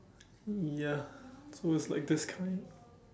ya so it's like this kind